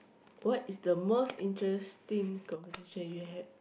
what is the most interesting conversation you had